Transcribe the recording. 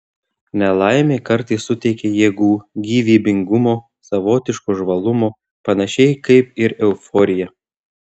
nelaimė kartais suteikia jėgų gyvybingumo savotiško žvalumo panašiai kaip ir euforija